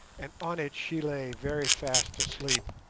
and on it she lay very fast asleep.